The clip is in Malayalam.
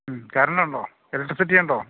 കരെണ്ട് ഉണ്ടോ എലെക്ട്രിസിറ്റിയുണ്ടോ